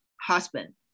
husband